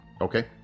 Okay